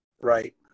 right